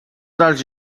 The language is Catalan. dels